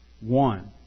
One